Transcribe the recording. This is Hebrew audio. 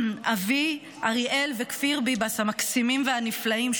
אבי אריאל וכפיר ביבס המקסימים והנפלאים,